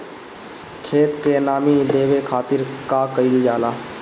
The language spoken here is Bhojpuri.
खेत के नामी देवे खातिर का कइल जाला?